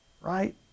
right